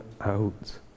out